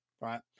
right